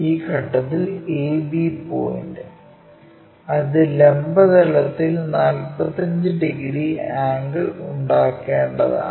ഈ ഘട്ടത്തിൽ a b point അത് ലംബ തലത്തിൽ 45 ഡിഗ്രി ആംഗിൾ ഉണ്ടാക്കേണ്ടതാണ്